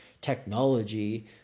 technology